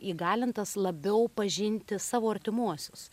įgalintas labiau pažinti savo artimuosius